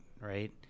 right